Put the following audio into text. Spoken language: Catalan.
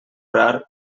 rar